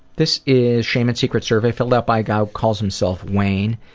this is shame and secrets survey filled out by a guy who calls himself wayne.